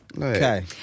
Okay